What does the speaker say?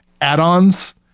add-ons